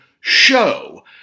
show